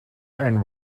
and